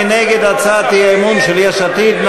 מי נגד הצעת האי-אמון של יש עתיד?